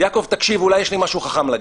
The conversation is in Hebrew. יעקב, תקשיב, אולי יש לי משהו חכם להגיד.